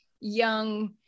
young